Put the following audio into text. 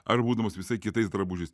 ar būdamas visai kitais drabužiais